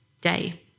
day